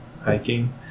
hiking